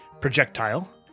projectile